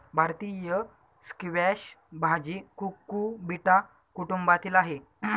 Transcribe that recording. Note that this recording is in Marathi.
भारतीय स्क्वॅश भाजी कुकुबिटा कुटुंबातील आहे